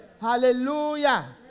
Hallelujah